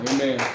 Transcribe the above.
Amen